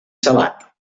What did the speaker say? salat